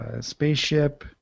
spaceship